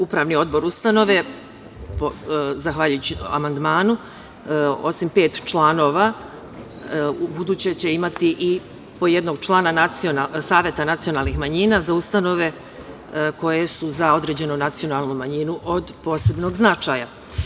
Upravni odbor ustanove zahvaljujući amandmanu, osim pet članova u buduće će imati i po jednog člana Saveta nacionalnih manjina, za ustanove koje su za određenu nacionalnu manjinu od posebnog značaja.